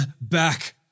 back